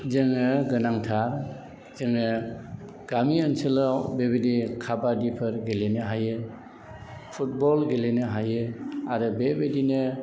जोङाे गोनांथार जोङाे गामि ओनसोलाव बेबायदि काबादिफाेर गेलेनो हायो फुटबल गेलेनो हायाे आरो बेबादिनो